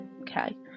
okay